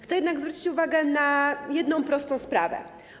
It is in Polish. Chcę jednak zwrócić uwagę na jedną prostą sprawę.